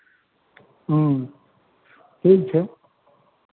ह्म्म ठीक छै